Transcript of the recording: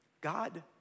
God